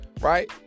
right